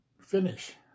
finish